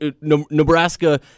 Nebraska